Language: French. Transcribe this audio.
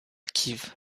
kiev